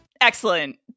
Excellent